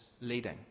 leading